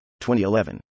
2011